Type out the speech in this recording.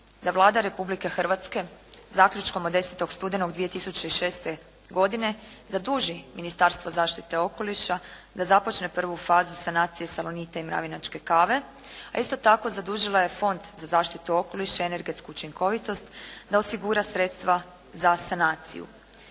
da Vlada Republike Hrvatske zaključkom od 10. studenog 2006. godine zaduži Ministarstvo zaštite okoliša da započne prvu fazu sanacije "Salonita" i mravinačke kave, a isto tako zadužila je Fond za zaštitu okoliša i energetsku učinkovitost da osigura sredstva za sanaciju.